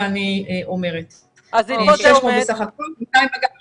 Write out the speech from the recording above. ואני אומרת 200 בגל הראשון,